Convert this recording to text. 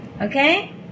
Okay